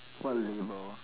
what label